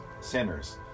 sinners